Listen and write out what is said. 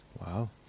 Wow